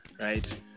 right